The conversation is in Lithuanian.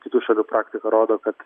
kitų šalių praktika rodo kad